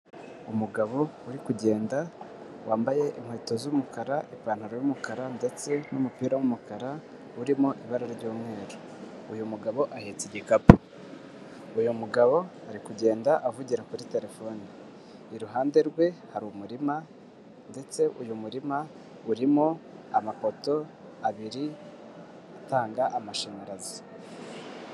Umugabo uri kugenda, wambaye inkweto z'umukara, ipantaro y'umukara ndetse n'umupira w'umukara, urimo ibara ry'umweru. Uyu mugabo ahetse igikapu. Uyu mugabo ari kugenda avugira kuri terefone. Iruhande rwe hari umurima ndetse uyu murima urimo amapoto abiri atanga amashanyarazi.